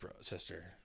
sister